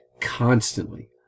constantly